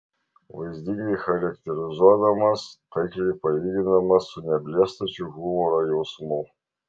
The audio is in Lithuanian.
vaizdingai charakterizuodamas taikliai palygindamas su neblėstančiu humoro jausmu